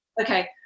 Okay